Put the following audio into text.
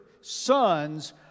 sons